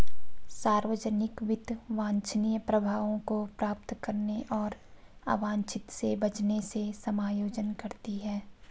सार्वजनिक वित्त वांछनीय प्रभावों को प्राप्त करने और अवांछित से बचने से समायोजन करती है